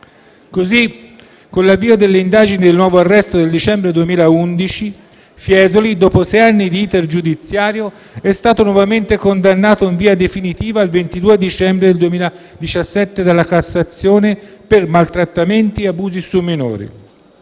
Così, con l'avvio delle indagini e il nuovo arresto del dicembre 2011, Fiesoli, dopo sei anni di *iter* giudiziario, è stato nuovamente condannato in via definitiva il 22 dicembre 2017 dalla Cassazione per maltrattamenti e abusi sui minori.